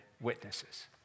witnesses